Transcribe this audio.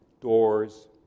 doors